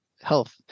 health